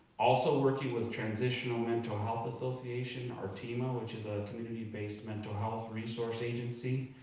also working with transitional mental health association, or thma, which is ah a community-based mental health resource agency.